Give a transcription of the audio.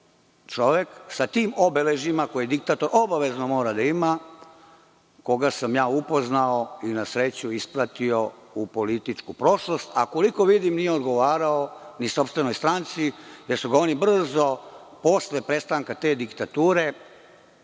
čovek sa tim obeležjima koje diktator obavezno mora da ima, koga sam ja upoznao i na sreću ispratio u političku prošlost, a koliko vidim nije odgovarao ni sopstvenoj stranci, jer su ga oni brzo posle prestanka te diktature,